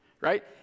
right